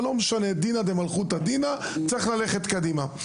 אבל לא משנה, דינא דמלכותא דינא, צריך ללכת קדימה.